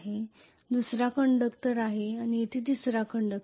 येथे दुसरा कंडक्टर आहे आणि येथे तिसरा कंडक्टर